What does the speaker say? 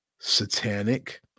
Satanic